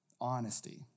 honesty